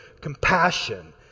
compassion